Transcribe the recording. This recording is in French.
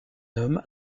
homme